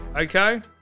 Okay